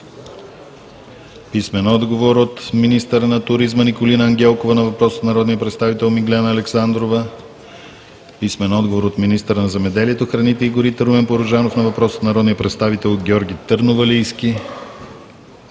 Александрова; - министъра на туризма Николина Ангелкова на въпрос от народния представител Миглена Александрова; - министъра на земеделието, храните и горите Румен Порожанов на въпрос от народния представител Георги Търновалийски;